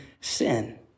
sin